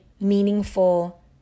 meaningful